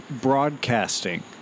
broadcasting